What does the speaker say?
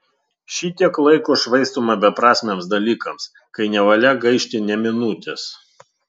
šitiek laiko švaistoma beprasmiams dalykams kai nevalia gaišti nė minutės